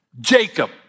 Jacob